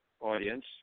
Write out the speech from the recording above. audience